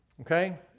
okay